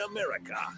America